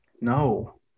No